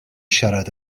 siarad